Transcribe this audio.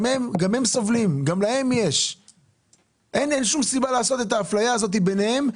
גם הם סובלים ואין שום סיבה לעשות את ההפליה הזאת ביניהם,